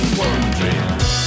wondering